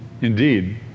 Indeed